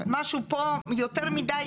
משהו פה יותר מידי